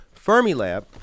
fermilab